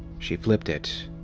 she flipped it.